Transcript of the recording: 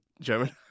German